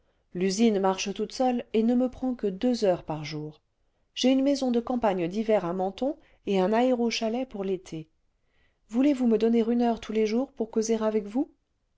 l'usine marche toute seule et ne me prend que deux heures par jour j'ai une maison de campagne d'hiver à menton et un aérochalet pour l'été voulez-vous me donner une heure tous les jours pour causer avec vous